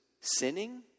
sinning